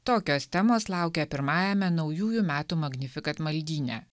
tokios temos laukia pirmajame naujųjų metų magnifikat maldyne